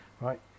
right